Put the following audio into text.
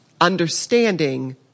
understanding